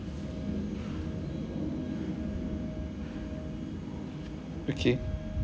okay